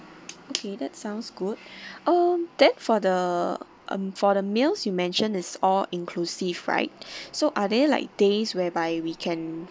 okay that sounds good um then for the uh for the meals you mention is all inclusive right so are they like days whereby we can